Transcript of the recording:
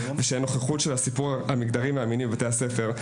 כשאין נוכחות של הסיפור המגדרי והמיני בבתי הספר,